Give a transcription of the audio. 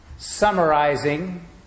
summarizing